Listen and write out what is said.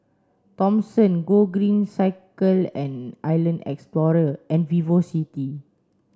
Thomson Gogreen Cycle and Island Explorer and VivoCity